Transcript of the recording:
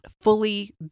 fully